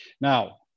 Now